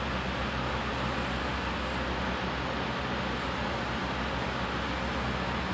I cannot I don't like it I don't like that part of my life kind~ high key nasty